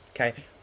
Okay